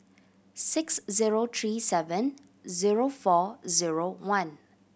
six zero three seven zero four zero one